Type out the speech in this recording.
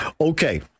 Okay